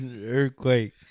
Earthquake